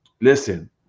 listen